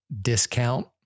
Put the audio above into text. discount